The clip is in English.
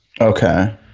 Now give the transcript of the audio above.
Okay